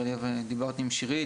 נראה לי דיברתי עם שירית,